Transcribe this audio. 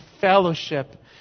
fellowship